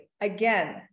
again